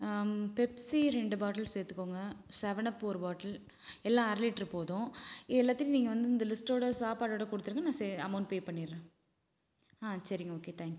Pepsi ரெண்டு bottle சேர்த்துக்கோங்க seven up ஒரு பாட்டில் எல்லாம் அரை லிட்டர் போதும் எல்லாத்திலேயும் நீங்கள் வந்து இந்த லிஸ்டோடு சாப்பாடோடு கொடுத்துருங்க நான் சே அமௌண்ட் பே பண்ணிடுறேன் ஆ சரிங்க ஓகே தேங்க்யூ